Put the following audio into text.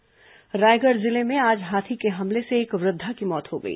हाथी हमला रायगढ़ जिले में आज हाथी के हमले से एक वृद्धा की मौत हो गई